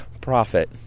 profit